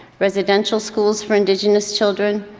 residential schools for indigenous children,